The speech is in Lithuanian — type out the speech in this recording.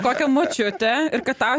kokią močiutę ir kad tau